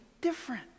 different